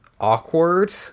awkward